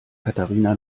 katharina